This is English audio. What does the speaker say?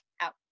out